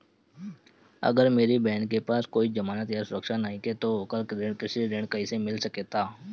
अगर मेरी बहन के पास कोई जमानत या सुरक्षा नईखे त ओकरा कृषि ऋण कईसे मिल सकता?